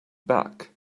back